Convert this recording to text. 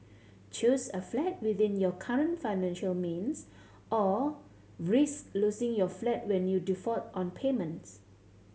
choose a flat within your current financial means or risk losing your flat when you default on payments